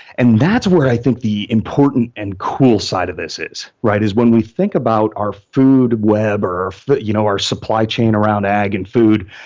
and that's where i think the important and cool side of this is, is when we think about our food web or but you know our supply chain around egg and food,